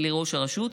לראש הרשות.